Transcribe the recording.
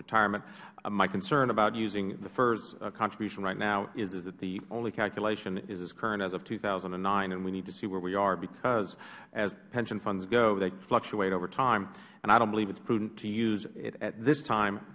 retirement my concern about using the fers contribution right now is that the only calculation is as current as of two thousand and nine and we need to see where we are because as pension funds go they fluctuate over time and i dont believe it is prudent to use it at this time